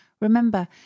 Remember